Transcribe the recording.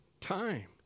time